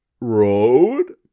Road